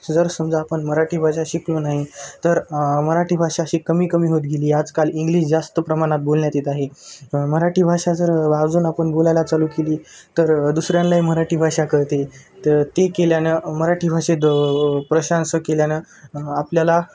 जर समजा आपण मराठी भाषा शिकलो नाही तर मराठी भाषा अशी कमी कमी होत गेली आजकाल इंग्लिश जास्त प्रमाणात बोलण्यात येत आहे मराठी भाषा जर अजून आपण बोलायला चालू केली तर दुसऱ्यांनाही मराठी भाषा कळते तर ते केल्यानं मराठी भाषेत प्रशंसा केल्यानं आपल्याला